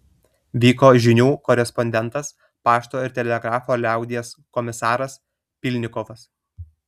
vyko žinių korespondentas pašto ir telegrafo liaudies komisaras pylnikovas